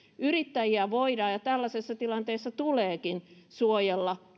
yrittäjiä voidaan ja tällaisessa tilanteessa tuleekin suojella